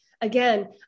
Again